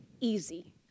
easy